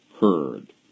heard